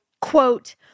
quote